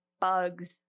bugs